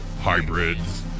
hybrids